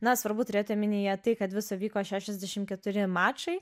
na svarbu turėti omenyje tai kad viso vyko šešiasdešim keturi mačai